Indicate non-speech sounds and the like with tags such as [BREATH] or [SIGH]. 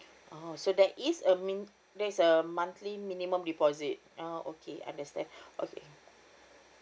oh there is a mi~ there's a monthly minimum deposit oh okay understand [BREATH] okay